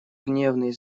гневный